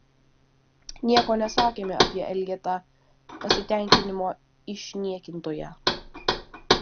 nieko nesakėme apie elgetą pasitenkinimo išniekintoją